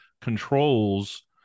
controls